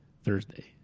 Thursday